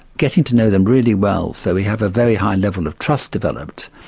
getting to know them really well so we have a very high level of trust developed.